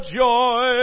joy